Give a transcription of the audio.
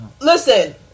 Listen